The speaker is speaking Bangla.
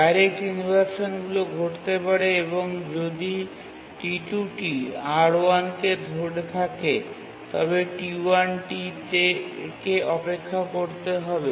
ডাইরেক্ট ইনভারশানগুলি ঘটতে পারে এবং যদি T2 টি R1 কে ধরে থাকে তবে T1 টিকে অপেক্ষা করতে হবে